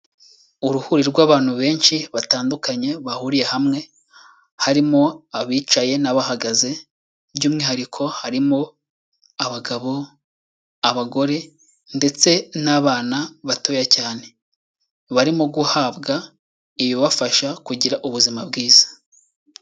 Uruhuri rw'abantu benshi batandukanye bahuriye hamwe, harimo abicaye n'abahagaze, by'umwihariko harimo abagabo, abagore ndetse n'abana batoya cyane. Barimo guhabwa ibibafasha kugira ubuzima bwiza.